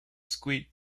squid